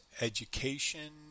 education